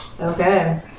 Okay